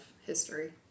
history